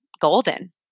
golden